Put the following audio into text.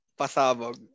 pasabog